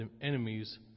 enemies